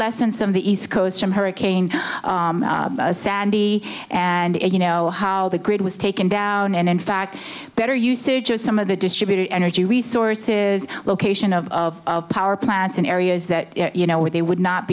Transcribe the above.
lessons of the east coast from hurricane sandy and you know how the grid was taken down and in fact better usage of some of the distributed energy resources location of power plants in areas that you know where they would not